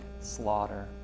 slaughter